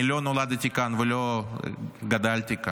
אני לא נולדתי כאן ולא גדלתי כאן.